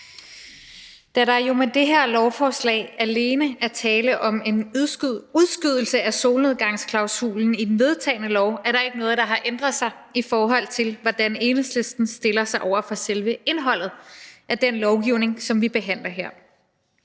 Da der med det her lovforslag alene er tale om en udskydelse af solnedgangsklausulen i den vedtagne lov, er der ikke noget, der har ændret sig, i forhold til hvordan Enhedslisten stiller sig over for selve indholdet af den lovgivning, som vi behandler her.